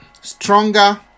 stronger